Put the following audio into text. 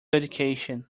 education